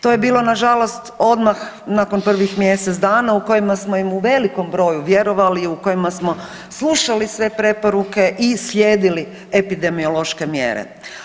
To je bilo nažalost odmah nakon prvih mjesec dana u kojima smo im u velikom broju vjerovali i u kojima smo slušali sve preporuke i slijedili epidemiološke mjere.